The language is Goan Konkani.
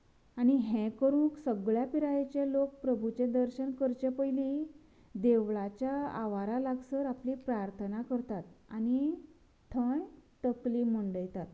आनी हे करूंक सगळ्या पिरायेचे लोक प्रभुचे दर्शन करचे पयली देवळाच्या आवारा लागसर आपली प्रार्थना करतात आनी थंय तकली मुंडयतात